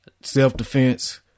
self-defense